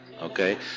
okay